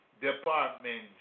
Department